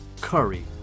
Curry